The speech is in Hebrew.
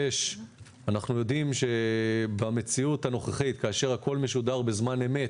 אנחנו יודעים שבמציאות הנוכחית כאשר הכול משודר בזמן אמת,